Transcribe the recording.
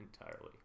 entirely